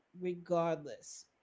regardless